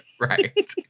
Right